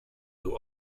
who